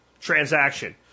transaction